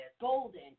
golden